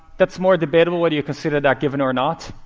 that's more debatable whether you consider that given or not.